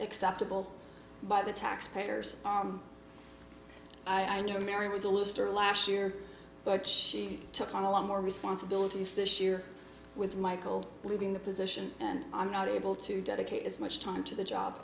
acceptable by the taxpayers i knew mary was a lister last year but she took on a lot more responsibilities this year with michael leaving the position and i'm not able to dedicate as much time to the job